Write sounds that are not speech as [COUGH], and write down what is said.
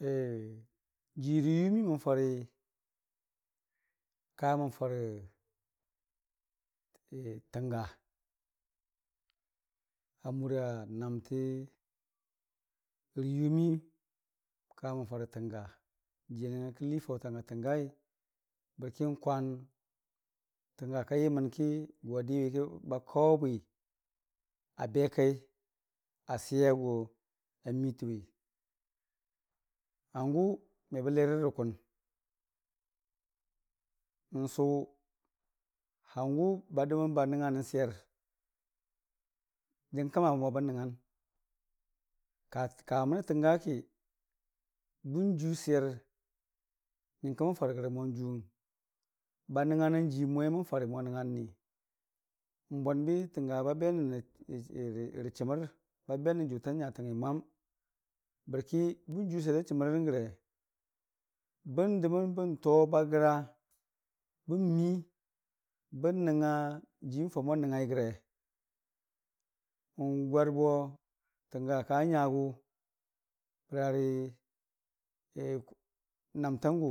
[HESITATION] Jiirə jumiimə fari, kamən farə [HESITATION] tənga, amura nəmtə rə juunii kamən farə tənga. Jii a dəkki n'lii faʊtang a təngai bərki n'kwaanr tənga ka yəmən ki agwa diwiki ba kawebwi abekai asiya gwa miitənwi, hangʊ mebə lerərə kʊn. N'sʊ, hangʊ ab dəməm nba nəngnga nən swer jii n'kəma bə mmo bən nəngngai. Kamənə təngaki bən juu swer nyəngkə mən farə gərə mo n'juuwiin, ba nəngnganən jiiwu mən farə mo a nəngnga nəni. N'bwabi, tənga ba benən rə rəchəmər ba benən rə jʊta nyatangngi mwam bərki bən juu swer da chəmmərən gəre, bən dəmən bən too bagra bən mii bən nəngnga jiimən farə mo n'nəngngai gəre. N'gwar bo, tənga ka nyagʊ bərarə [HESITATION] nəmtangʊ.